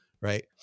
right